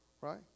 Right